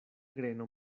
greno